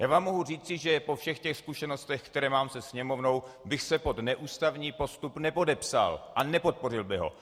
Já vám mohu říci, že po všech těch zkušenostech, které mám se Sněmovnou, bych se pod neústavní postup nepodepsal a nepodpořil bych ho.